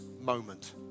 moment